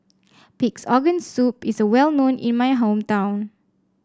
Pig's Organ Soup is well known in my hometown